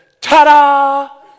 ta-da